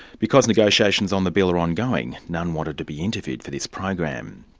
because negotiations on the bill are ongoing, none wanted to be interviewed for this program.